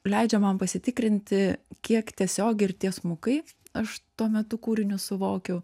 leidžia man pasitikrinti kiek tiesiogiai ir tiesmukai aš tuo metu kūrinį suvokiu